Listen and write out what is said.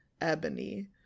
Ebony